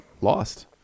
lost